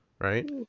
Right